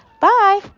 Bye